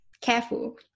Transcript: Careful